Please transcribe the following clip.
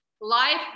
Life